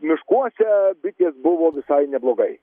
miškuose bitės buvo visai neblogai